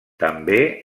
també